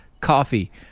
coffee